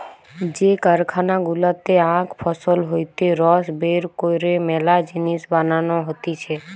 যে কারখানা গুলাতে আখ ফসল হইতে রস বের কইরে মেলা জিনিস বানানো হতিছে